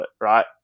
Right